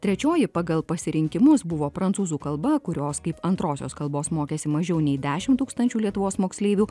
trečioji pagal pasirinkimus buvo prancūzų kalba kurios kaip antrosios kalbos mokėsi mažiau nei dešimt tūkstančių lietuvos moksleivių